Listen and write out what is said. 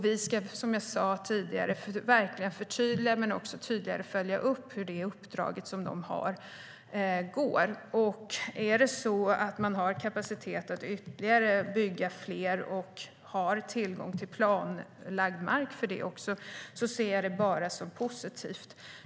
Vi ska, som jag sa tidigare, verkligen förtydliga men också tydligare följa upp det uppdrag de har. Är det så att man har kapacitet att bygga ytterligare bostäder och också har tillgång till planlagd mark för det ser jag det bara som positivt.